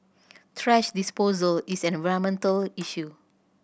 thrash disposal is an environmental issue